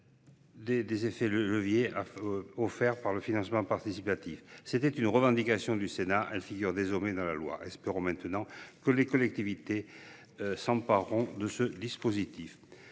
des effets de levier offerts par le financement participatif. Ce qui était une revendication du Sénat figure désormais dans la loi. Espérons à présent que les collectivités s’empareront de ce dispositif,